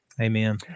Amen